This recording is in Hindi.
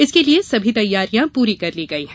इसके लिये सभी तैयारियां पूरी कर ली गयी हैं